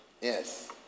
Yes